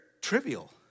trivial